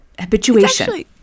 habituation